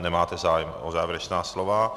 Nemáte zájem o závěrečná slova.